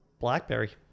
Blackberry